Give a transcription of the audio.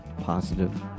positive